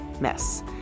mess